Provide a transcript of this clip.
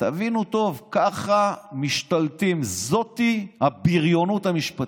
תבינו טוב: ככה משתלטים, זוהי הבריונות המשפטית.